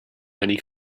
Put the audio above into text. many